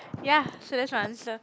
ya so that's my answer